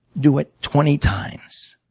do it twenty times.